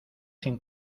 sin